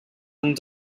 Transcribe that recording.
and